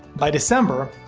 by december,